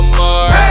more